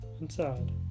Inside